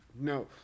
No